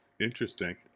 Interesting